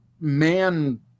man